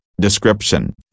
Description